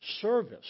service